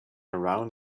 around